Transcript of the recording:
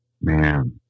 man